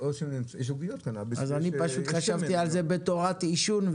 אני חשבתי על זה בתורת עישון,